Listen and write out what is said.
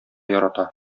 ярата